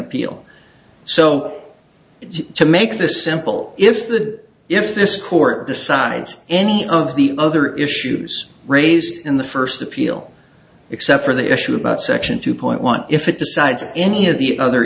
appeal so to make the simple if that if this court decides any of the other issues raised in the first appeal except for the issue about section two point one if it decides any of the other